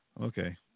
Okay